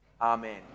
Amen